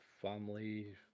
family